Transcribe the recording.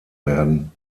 werden